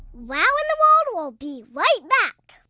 wow in the world will be right back.